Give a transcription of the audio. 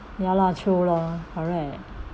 ya lor true lor correct